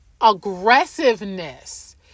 aggressiveness